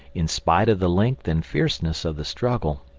in spite of the length and fierceness of the struggle,